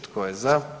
Tko je za?